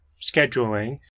scheduling